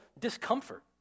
discomfort